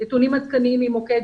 ממוקד